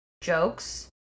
jokes